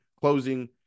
closing